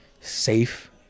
safe